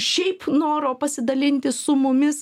šiaip noro pasidalinti su mumis